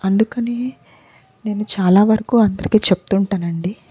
అందుకనే నేను చాలావరకూ అందరికి చెప్తుంటానండి